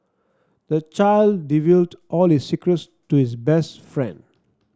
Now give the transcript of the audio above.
the child divulged all the secrets to his best friend